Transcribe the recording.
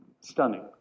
Stunning